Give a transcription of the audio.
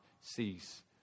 cease